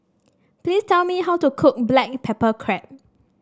please tell me how to cook Black Pepper Crab